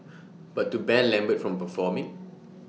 but to ban lambert from performing